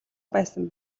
байсан